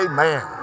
Amen